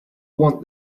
want